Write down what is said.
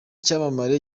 cyamamare